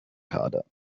kader